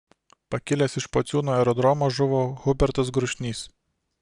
pakilęs iš pociūnų aerodromo žuvo hubertas grušnys